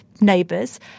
neighbours